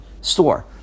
store